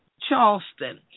Charleston